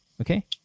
Okay